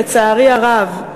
לצערי הרב,